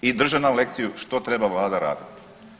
I drže nam lekciju što treba Vlada raditi.